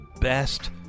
best